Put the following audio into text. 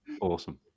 awesome